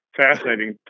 fascinating